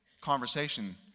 conversation